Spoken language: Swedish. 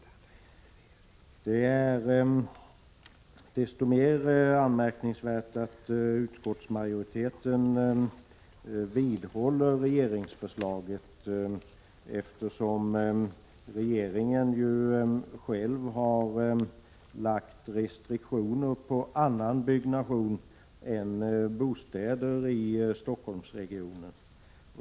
Det är desto mer anmärkningsvärt att utskottsmajoriteten vidhåller regeringsförslaget som regeringen själv har lagt restriktioner på annan byggnation än bostäder i Stockholmsregionen.